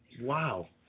wow